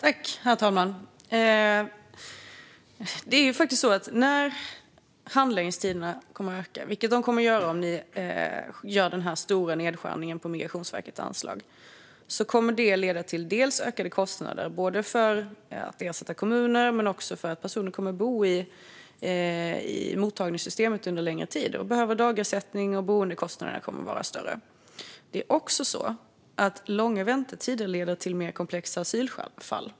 Herr talman! Det är faktiskt så att när handläggningstiderna ökar, vilket de kommer att göra om ni gör den här stora nedskärningen på Migrationsverkets anslag, så kommer det att leda till ökade kostnader, både för att ersätta kommuner och för att personer kommer att bo i mottagningssystemet under en längre tid och då behöver dagersättning liksom att boendekostnaderna kommer att vara större. Långa väntetider leder också till mer komplexa asylfall.